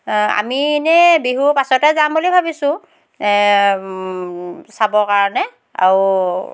অঁ আমি এনেই বিহুৰ পাছতে যাম বুলি ভাবিছোঁ চাবৰ কাৰণে আৰু